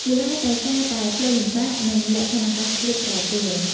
មូលហេតុដោយសារតែផ្លូវលំបាក និងលក្ខខណ្ឌអាកាសធាតុប្រែប្រួល។